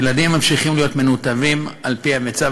ילדים ממשיכים להיות מנותבים על-פי המצב